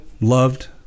loved